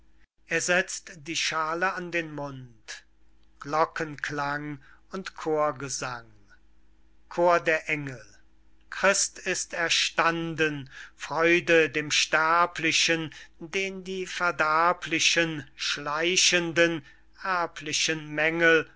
er setzt die schaale an den mund glockenklang und chorgesang chor der engel christ ist erstanden freude dem sterblichen den die verderblichen schleichenden erblichen mängel